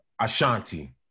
Ashanti